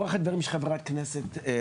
ברוח הדברים של חה"כ לסקי,